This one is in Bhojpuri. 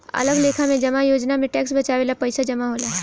अलग लेखा के जमा योजना में टैक्स बचावे ला पईसा जमा होला